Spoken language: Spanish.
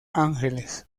ángeles